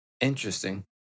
Interesting